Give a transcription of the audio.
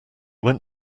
went